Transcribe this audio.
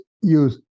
use